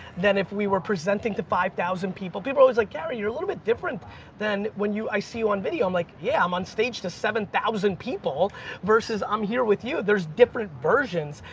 than if we were presenting to five thousand people. people are always like, gary, you're a little bit different than when i see you on video. i'm like, yeah i'm on stage to seven thousand people versus i'm here with you, there's different versions,